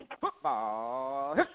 football